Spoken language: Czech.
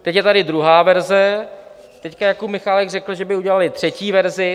Teď je tady druhá verze, teď Jakub Michálek řekl, že by udělali třetí verzi.